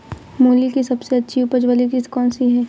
मूली की सबसे अच्छी उपज वाली किश्त कौन सी है?